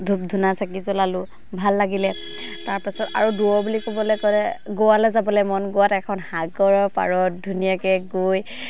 ধূপ ধূনা চাকি জ্বলালোঁ ভাল লাগিলে তাৰপাছত আৰু দূৰৰ বুলি ক'বলৈ গ'লে গোৱালে যাবলৈ মন গোৱাত এখন সাগৰৰ পাৰত ধুনীয়াকৈ গৈ